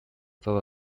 todo